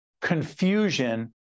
confusion